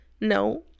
No